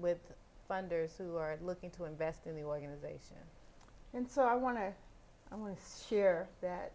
with funders who are looking to invest in the organization and so i want to i want to share that